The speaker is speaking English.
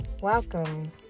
Welcome